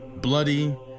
bloody